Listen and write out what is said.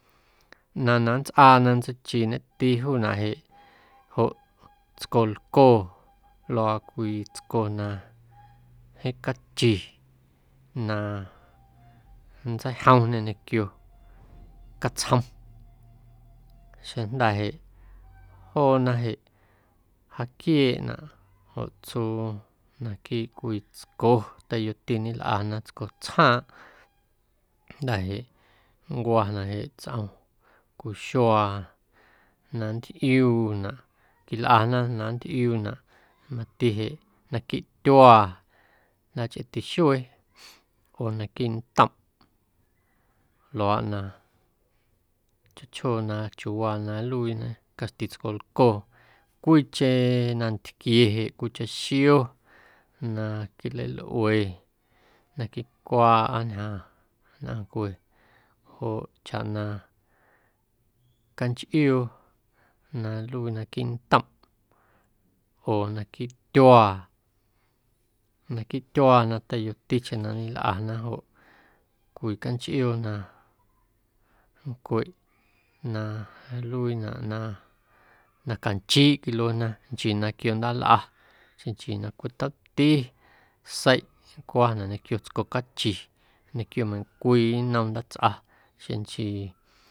Ꞌnaⁿ na nntsꞌaa na nntseichiñeti juunaꞌ jeꞌ joꞌ tscolcoo luaa cwii tsco na jeeⁿ cachi na nntseijomñe ñequio catsjom xeⁿjnda̱ jeꞌ joona jeꞌ jaaquieeꞌ joꞌ tsuu naquiiꞌ cwii tsco teiyoti ñelꞌana tscotsjaaⁿꞌ jnda̱ jeꞌ nncwanaꞌ jeꞌ tsꞌom cwii xuaa na nntꞌiuuna quilꞌana na nntꞌiuunaꞌ mati jeꞌ naquiiꞌ tyuaa jnda̱ jaachꞌeeti xuee naquiiꞌ ntomꞌ luaaꞌ na chjoo chjoo na chiuuwaa na nluiiñe caxti tscolcoo. Cwiicheⁿ nantquie jeꞌ cwiicheⁿ xio na quilalꞌue na quicwaaꞌâ ñjaaⁿ nnꞌaⁿncue joꞌ chaꞌ na canchꞌioo na nluii naquiiꞌ ntomꞌ oo naquiiꞌ tyuaa, naquiiꞌ tyuaa na ñeteiyoticheⁿ na ñelꞌana joꞌ cwii canchꞌioo na nncweꞌ na nluiinaꞌ na na canchiiꞌ quiluena nchii na quio ndaalꞌa xeⁿ nchii na cweꞌ tomti seiꞌ nncwanaꞌ ñequio tsco cachi ñequio meiⁿncwii nnom ndaatsꞌa xeⁿ nchii.